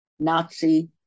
nazi